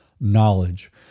knowledge